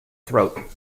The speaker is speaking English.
throat